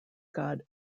god